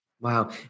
Wow